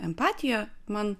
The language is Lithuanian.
empatiją man